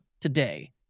today